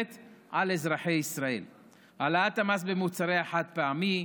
על אזרחי ישראל: העלאת המס על מוצרי החד-פעמי,